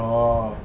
oh